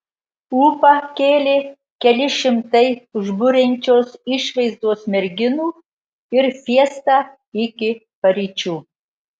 ūpą kėlė keli šimtai užburiančios išvaizdos merginų ir fiesta iki paryčių